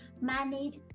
manage